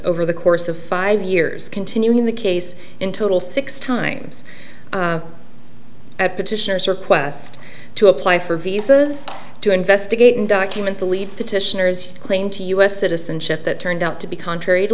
over the course of five years continuing the case in total six times at petitioner's request to apply for visas to investigate and document the lead petitioners claim to u s citizenship that turned out to be contrary to